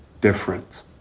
different